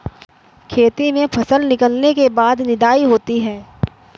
खेती में फसल निकलने के बाद निदाई होती हैं?